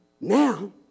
Now